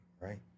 right